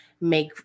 make